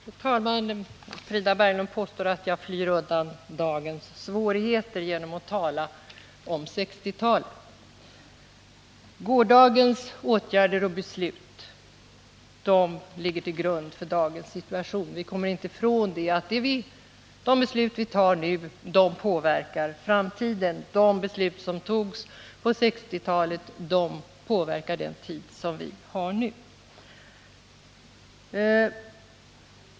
Fru talman! Frida Berglund påstår att jag flyr undan dagens svårigheter genom att tala om 1960-talet. Gårdagens åtgärder och beslut ligger till grund för dagens situation; vi kommer inte ifrån att de beslut som vi fattar nu påverkar framtiden och att de beslut som togs på 1960-talet påverkar den tid som vi har nu.